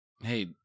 Hey